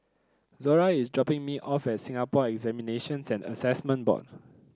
Zora is dropping me off at Singapore Examinations and Assessment Board